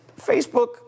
Facebook